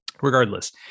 regardless